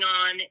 on